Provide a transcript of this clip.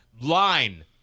line